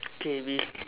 okay we